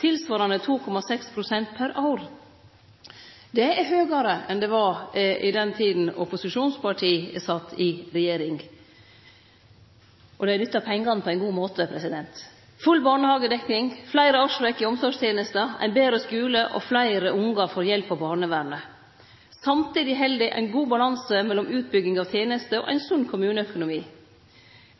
tilsvarande 2,6 pst. per år. Det er høgare enn det var i den tida opposisjonspartia sat i regjering. Kommunane har nytta pengane på ein god måte: full barnehagedekning, fleire årsverk i omsorgstenesta, ein betre skule, og fleire ungar får hjelp av barnevernet. Samtidig held dei ein god balanse mellom utbygging av tenester og ein sunn kommuneøkonomi.